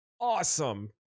awesome